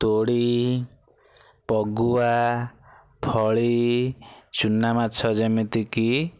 ତୋଡ଼ି ବଗୁଆ ଫଳି ଚୁନାମାଛ ଯେମିତିକି